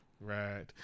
Right